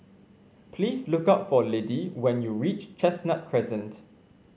please look up for Liddie when you reach Chestnut Crescent